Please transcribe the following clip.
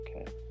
okay